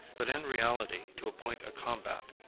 but in reality to appoint a combat.